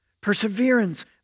Perseverance